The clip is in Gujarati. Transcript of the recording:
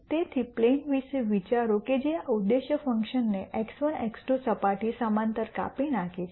તેથી પ્લેન વિશે વિચારો કે જે આ ઉદ્દેશ્ય ફંકશનને x1 x2 સપાટી સમાંતર કાપી નાખે છે